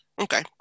Okay